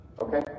Okay